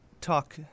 talk